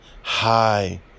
high